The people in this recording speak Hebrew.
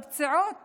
לפציעות